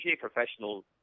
professional